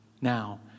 now